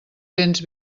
cents